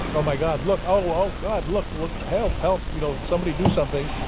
ah oh my god, look! oh, oh god, look, look. help, help you know somebody do something.